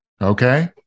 okay